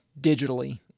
digitally